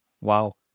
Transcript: Wow